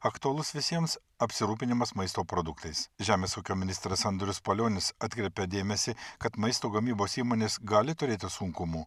aktualus visiems apsirūpinimas maisto produktais žemės ūkio ministras andrius palionis atkreipė dėmesį kad maisto gamybos įmonės gali turėti sunkumų